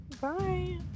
Bye